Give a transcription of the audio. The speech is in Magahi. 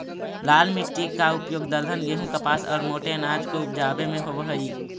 लाल मिट्टी का उपयोग दलहन, गेहूं, कपास और मोटे अनाज को उपजावे में होवअ हई